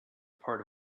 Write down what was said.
part